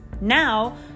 Now